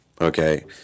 okay